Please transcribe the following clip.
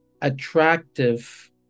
attractive